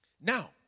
now